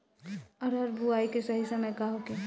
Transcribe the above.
अरहर बुआई के सही समय का होखे?